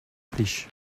plij